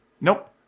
Nope